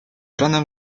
ranem